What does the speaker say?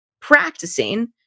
practicing